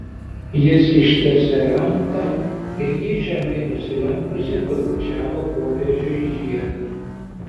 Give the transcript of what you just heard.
jis ištiesė ranką ir ji žemai nusilenkusi pabučiavo popiežiui žiedą